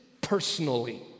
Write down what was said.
personally